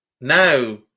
Now